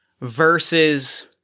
versus